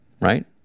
right